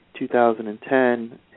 2010